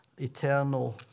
eternal